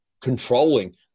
controlling